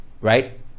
right